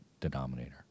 denominator